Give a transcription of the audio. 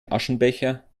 aschenbecher